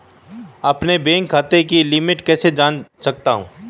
अपने बैंक खाते की लिमिट कैसे जान सकता हूं?